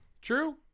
True